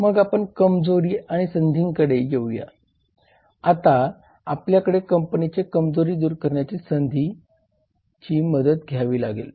मग आपण कमजोरी आणि संधींकडे येऊया आता आपल्याला कंपनीची कमजोरी दूर करण्यासाठी संधींची मदत घ्यावी लागेल